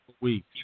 week